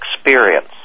experience